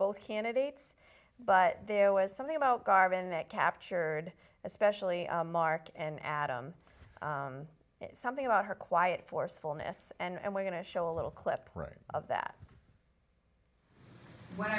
both candidates but there was something about garvin that captured especially mark and adam something about her quiet forcefulness and we're going to show a little clip of that when